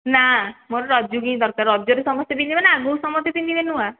ନା ମୋର ରଜକୁ ହିଁ ଦରକାର ରଜରେ ସମସ୍ତେ ପିନ୍ଧିବେ ନା ଆଗକୁ ସମସ୍ତେ ପିନ୍ଧିବେ ନୂଆ